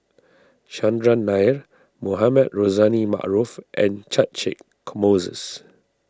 Chandran Nair Mohamed Rozani Maarof and Catchick Moses